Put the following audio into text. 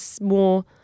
more